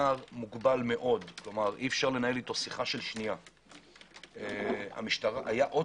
נער מוגבל מאוד אי אפשר לנהל אתו שיחה של שנייה - היה עוצר,